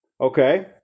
Okay